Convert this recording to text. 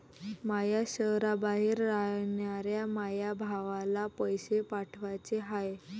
माया शैहराबाहेर रायनाऱ्या माया भावाला पैसे पाठवाचे हाय